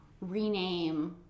rename